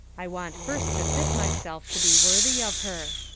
i want first to fit myself to be worthy of her.